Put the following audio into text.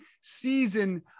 season